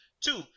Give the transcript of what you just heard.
Two